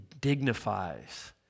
dignifies